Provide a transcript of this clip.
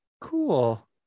cool